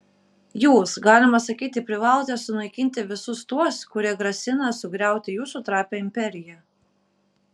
jūs galima sakyti privalote sunaikinti visus tuos kurie grasina sugriauti jūsų trapią imperiją